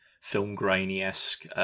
film-grainy-esque